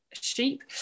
Sheep